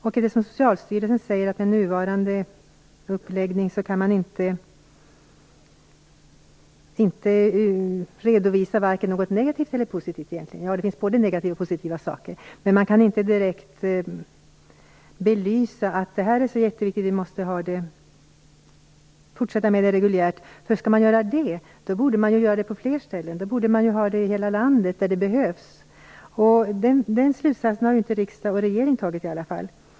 Enligt Socialstyrelsen kan man inte med nuvarande uppläggning redovisa vare sig något positivt eller något negativt. Visserligen finns det både positiva och negativa saker, men man kan inte direkt belysa att försöksverksamheten är så viktigt att den måste bli reguljär. Om den vore det, borde sprututbyte ske på fler ställen eller i hela landet där det behövs. Den slutsatsen har i alla fall inte riksdag och regering dragit.